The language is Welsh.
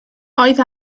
oedd